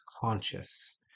conscious